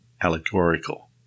allegorical